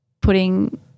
putting